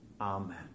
Amen